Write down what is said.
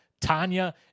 Tanya